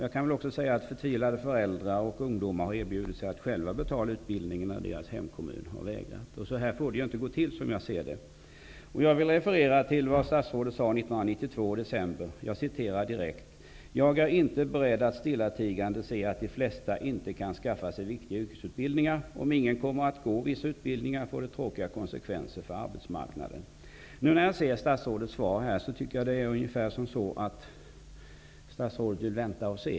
Jag kan också säga att förtvivlade föräldrar och ungdomar erbjudit sig att själva betala utbildningen, men deras hemkommun har vägrat. Så här får det inte att gå till, som jag ser det. Nu vill jag referera till vad statsrådet sade i december 1992: Jag är inte beredd att stillatigande se att de flesta inte kan skaffa viktiga yrkesutbildningar. Om ingen kommer att gå vissa utbildningar, får det tråkiga konsekvenser för arbetsmarknaden. När jag ser statsrådets svar här, tycker jag att det ungefär verkar som så att statsrådet vill vänta och se.